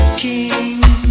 king